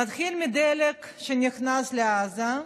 נתחיל מדלק שנכנס לעזה,